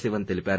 శివన్ తెలిపారు